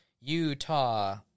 Utah